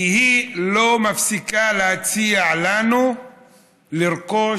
כי היא לא מפסיקה להציע לנו לרכוש,